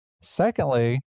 Secondly